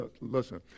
listen